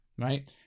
Right